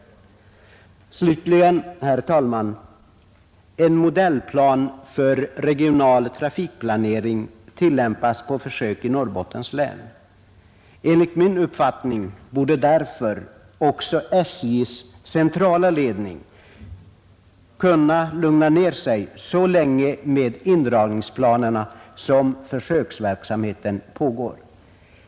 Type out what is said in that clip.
Slutligen, herr talman: En modellplan för regional trafikplanering tillämpas på försök i Norrbottens län. Enligt min uppfattning borde därför också SJ:s centrala ledning kunna lugna ner sig med indragningsplanerna så länge som försöksverksamheten pågår.